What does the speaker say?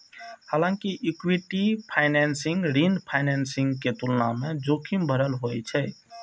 हालांकि equity financing ऋण financing के तुलना मे जोखिम भरल होइ छै